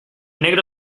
negro